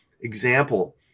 example